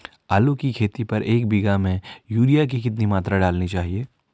आलू की खेती पर एक बीघा में यूरिया की कितनी मात्रा डालनी चाहिए?